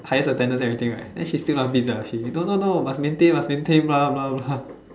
highest attendance everything right then she still ask me no no no must maintain must maintain blare blare blare